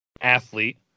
athlete